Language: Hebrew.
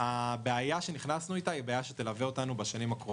הבעיה שנכנסנו איתה היא בעיה שתלווה אותנו בשנים הקרובות.